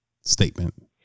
statement